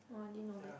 oh I didn't know that